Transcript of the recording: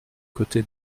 côté